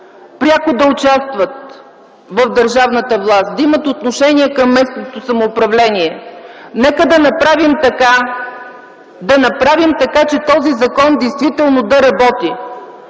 пряко да участват в държавната власт, да имат отношение към местното самоуправление, нека да направим така, че този закон действително да работи.